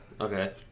Okay